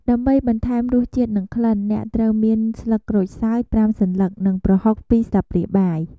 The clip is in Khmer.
ដើម្បីបន្ថែមរសជាតិនិងក្លិន អ្នកត្រូវមាន ស្លឹកក្រូចសើច ៥ សន្លឹក និង ប្រហុក ២ ស្លាបព្រាបាយ។